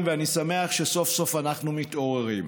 ואני שמח שסוף-סוף אנחנו מתעוררים.